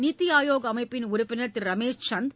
நித்தி ஆயோக் அமைப்பின் உறுப்பினர் திரு ரமேஷ் சந்த்